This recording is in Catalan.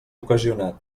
ocasionat